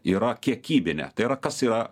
yra kiekybinė tai yra kas yra